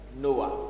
Noah